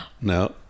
No